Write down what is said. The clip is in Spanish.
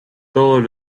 todos